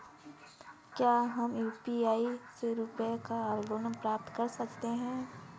क्या हम यू.पी.आई से रुपये का आदान प्रदान कर सकते हैं?